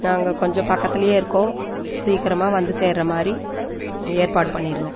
நாங்கள் கொஞ்ச பக்கத்துலேயே இருக்கோம் சீக்கிரமாக வந்து சேர்ற மாதிரி ஏற்பாடு பண்ணிருங்க